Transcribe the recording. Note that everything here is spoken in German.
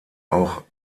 auch